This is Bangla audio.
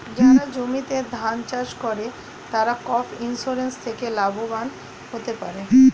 যারা জমিতে ধান চাষ করে তারা ক্রপ ইন্সুরেন্স থেকে লাভবান হতে পারে